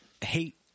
hate